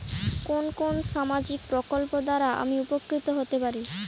কোন কোন সামাজিক প্রকল্প দ্বারা আমি উপকৃত হতে পারি?